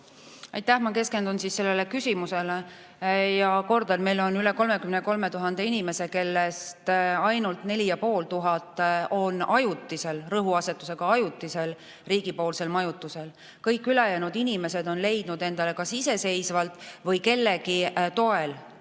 Aitäh! Ma keskendun sellele küsimusele ja kordan, et meil on üle 33 000 inimese, kellest ainult 4500 on ajutisel – rõhutan, ajutisel – riigipoolsel majutusel. Kõik ülejäänud inimesed on leidnud endale kas iseseisvalt või kellegi toel